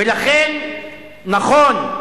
ולכן נכון,